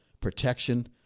protection